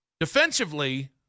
Defensively